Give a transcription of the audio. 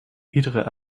iedere